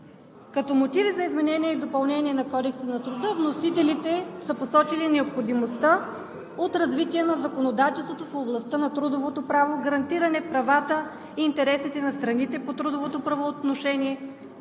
Като мотиви за изменение и допълнение на Кодекса на труда вносителите са посочили необходимостта от развитие на законодателството в областта на трудовото право; гарантиране правата и интересите на страните по трудовото правоотношение,